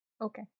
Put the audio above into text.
Okay